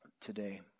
today